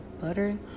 butter